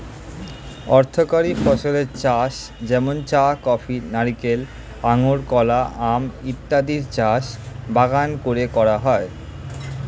অর্থকরী ফসলের চাষ যেমন চা, কফি, নারিকেল, আঙুর, কলা, আম ইত্যাদির চাষ বাগান করে করা হয়